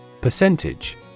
Percentage